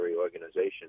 organization